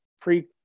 pre